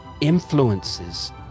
influences